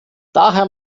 daher